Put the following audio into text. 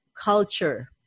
culture